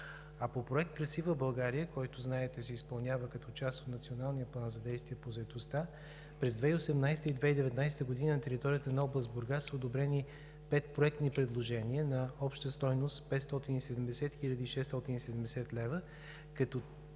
По Проект „Красива България“, който знаете се изпълнява като част от Националния план за действие по заетостта през 2018 г. и 2019 г., на територията на област Бургас са одобрени пет проектни предложения на обща стойност – 570 хил. 670 лв., като